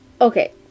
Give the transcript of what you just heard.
Okay